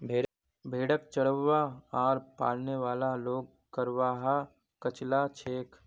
भेड़क चरव्वा आर पालने वाला लोग चरवाहा कचला छेक